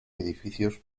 edificios